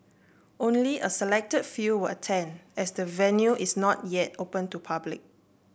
only a select few will attend as the venue is not yet open to public